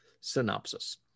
synopsis